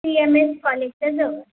C M H कॉलेजच्या जवळ